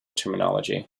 terminology